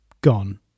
gone